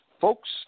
Folks